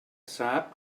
sap